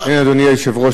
אדוני היושב-ראש,